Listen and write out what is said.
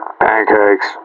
Pancakes